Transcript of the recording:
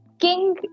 king